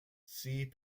see